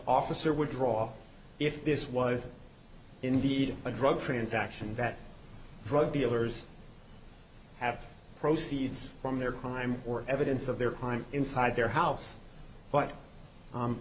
officer would draw if this was indeed a drug transaction that drug dealers have proceeds from their crime or evidence of their crime inside their house but